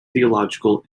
theological